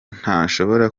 ntashobora